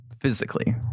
physically